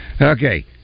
Okay